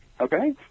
Okay